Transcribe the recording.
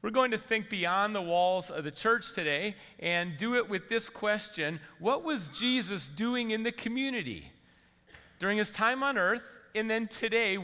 we're going to think beyond the walls of the church today and do it with this question what was jesus doing in the community during his time on earth in then today